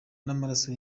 n’amaraso